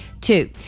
Two